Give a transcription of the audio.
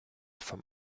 vom